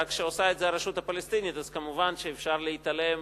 רק כשעושה את זה הרשות הפלסטינית אז כמובן אפשר להתעלם,